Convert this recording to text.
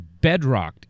bedrocked